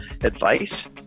advice